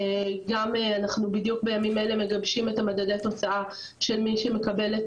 גם אנחנו בדיוק בימים אלו מגבשים את המדדי תוצאה של מי שמקבל את